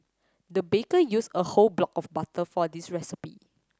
the baker used a whole block of butter for this recipe